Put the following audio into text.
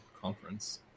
conference